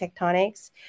tectonics